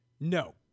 no